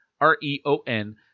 R-E-O-N